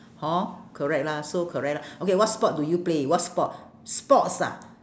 hor correct lah so correct lah okay what sport do you play what sport sports ah